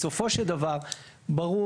בסופו של דבר ברור,